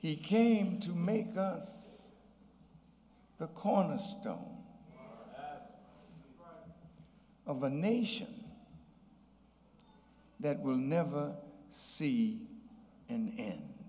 he came to make the cornerstone of a nation that will never see and